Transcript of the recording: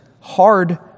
hard